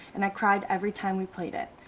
and i cried every time we played it,